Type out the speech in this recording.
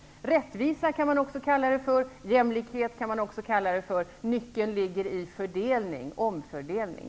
Rättvisa kan man också kalla det för. Jämlikhet kan man kalla det för. Nyckeln ligger i fördelning, omfördelning.